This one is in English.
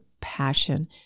passion